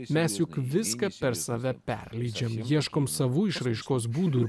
mes juk viską per save perleidžiam ieškom savų išraiškos būdų ir